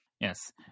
Yes